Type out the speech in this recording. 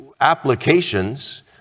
applications